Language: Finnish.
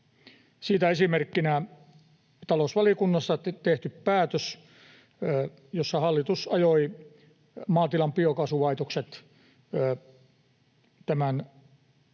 Siitä esimerkkinä talousvaliokunnassa tehty päätös, jossa hallitus ajoi maatilan biokaasulaitokset